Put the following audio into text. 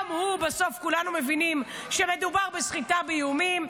בסוף כולנו מבינים שמדובר בסחיטה באיומים.